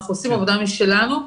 אנחנו עושים עבודה משלנו,